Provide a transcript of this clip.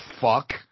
fuck